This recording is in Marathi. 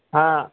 हां